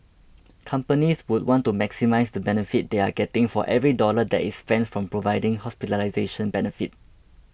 companies would want to maximise the benefit they are getting for every dollar that is spent from providing hospitalisation benefit